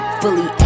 fully